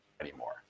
anymore